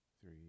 three